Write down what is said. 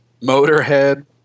Motorhead